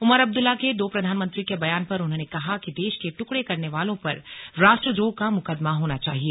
उमर अब्दुल्ला के दो प्रधानमंत्री के बयान पर उन्होंने कहा कि देश के ट्कड़े करने वालों पर राष्ट्रद्रोह का मुकदमा होना चाहिए